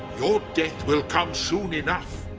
your death will come soon enough.